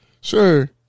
sure